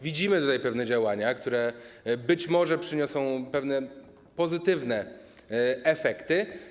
Widzimy pewne działania, które być może przyniosą pewne pozytywne efekty.